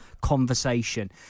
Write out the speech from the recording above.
conversation